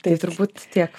tai turbūt tiek